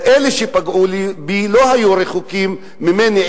אלה שפגעו בי לא היו רחוקים ממני,